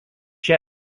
čia